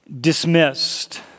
dismissed